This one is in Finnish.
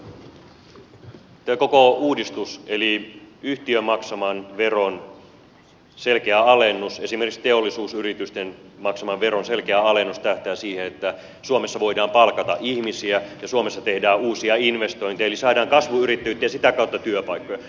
tämä koko uudistus eli yhtiön maksaman veron selkeä alennus esimerkiksi teollisuusyritysten maksaman veron selkeä alennus tähtää siihen että suomessa voidaan palkata ihmisiä ja suomessa tehdään uusia investointeja eli saadaan kasvuyrittäjyyttä ja sitä kautta työpaikkoja